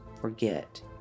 forget